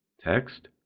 Text